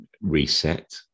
reset